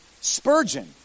Spurgeon